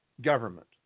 government